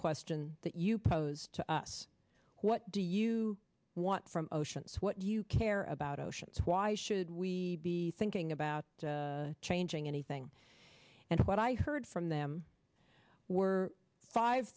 question that you posed to us what do you want from oceans what you care about oceans why should we be thinking about changing anything and what i heard from them were five